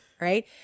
right